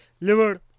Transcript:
liver